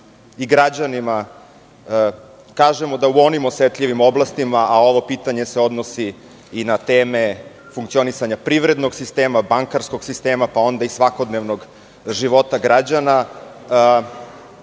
i građanima kažemo da u onim osetljivim oblastima, a ovo pitanje se odnosi i na teme funkcionisanja privrednog sistema, bankarskog sistema, pa onda i svakodnevnog života građana.